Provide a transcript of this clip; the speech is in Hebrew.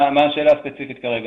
מה השאלה הספציפית כרגע?